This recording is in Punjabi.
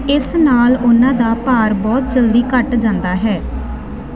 ਇਸ ਨਾਲ ਉਹਨਾਂ ਦਾ ਭਾਰ ਬਹੁਤ ਜਲਦੀ ਘੱਟ ਜਾਂਦਾ ਹੈ